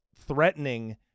Threatening